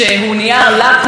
אדוני היושב-ראש,